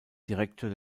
direktor